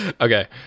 Okay